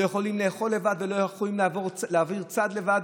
לא יכולים לאכול לבד ולא יכולים לשנות צד לבד.